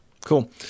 Cool